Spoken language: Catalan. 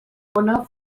ona